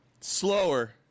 Slower